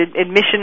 admission